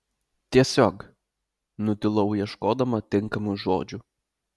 tiesiog nutilau ieškodama tinkamų žodžių